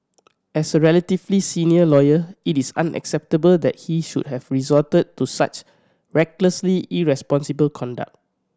as a relatively senior lawyer it is unacceptable that he should have resorted to such recklessly irresponsible conduct